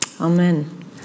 Amen